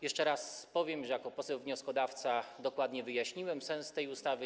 Jeszcze raz powiem, że jako poseł wnioskodawca dokładnie wyjaśniłem sens tej ustawy.